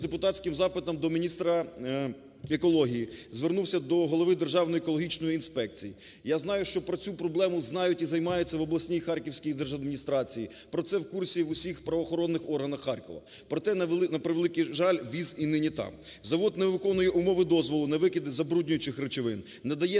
депутатським запитом до міністра екології, звернувся до голови Державної екологічної інспекції. Я знаю, що про цю проблему знають і займаються в обласній Харківській держадміністрації, про це в курсі усі правоохоронні органи Харкова. Проте, на превеликий жаль, віз і нині там. Завод не виконує умови дозволу на викиди забруднюючих речовин, надає